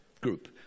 group